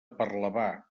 parlavà